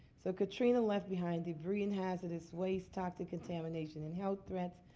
so katrina left behind debris and hazardous waste, toxic contamination and health threats.